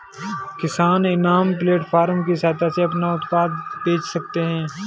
किसान इनाम प्लेटफार्म की सहायता से अपना उत्पाद बेच सकते है